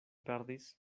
perdis